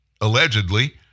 allegedly